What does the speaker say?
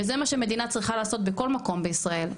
וזה מה שמדינה צריכה לעשות בכל מקום בישראל.